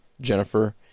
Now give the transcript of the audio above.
Jennifer